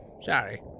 Sorry